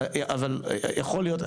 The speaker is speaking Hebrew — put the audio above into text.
אבל יכול להיות,